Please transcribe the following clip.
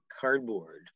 cardboard